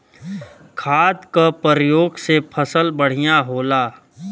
खाद क परयोग से फसल बढ़िया होला